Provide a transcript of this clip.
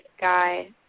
guy